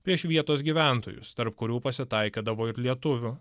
prieš vietos gyventojus tarp kurių pasitaikydavo ir lietuvių